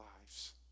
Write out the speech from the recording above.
lives